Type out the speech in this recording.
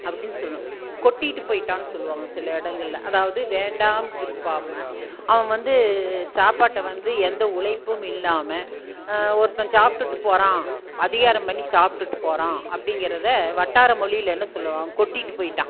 அப்படின்னு சொல்லும் கொட்டிகிட்டு போயிட்டான்னு சொல்லுவாங்க சில இடங்கள்ல அதாவது வேண்டாம் விருப்பாக அவன் வந்து சாப்பாட்டை வந்து எந்த உழைப்பும் இல்லாமல் ஒருத்தர் சாப்பிட்டுட்டு போகிறான் அதிகாரம் பண்ணி சாப்பிட்டுட்டு போகிறான் அப்படிங்கிறத வட்டார மொழியில் என்ன சொல்லுவாங்க கொட்டிகிட்டு போயிட்டான்